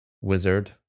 wizard